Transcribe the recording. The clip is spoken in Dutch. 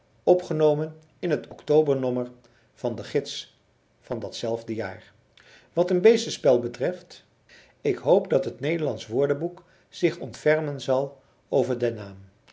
opgenomen in het october nommer van de gids van dat zelfde jaar wat een beestenspel betreft ik hoop dat het nederlandsch woordenboek zich ontfermen zal over den naam